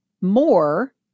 More